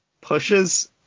pushes